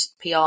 PR